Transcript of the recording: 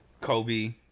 Kobe